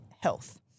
health